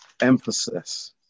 emphasis